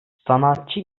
sanatçı